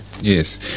Yes